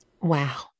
Wow